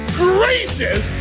gracious